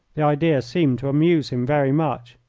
the idea seemed to amuse him very much.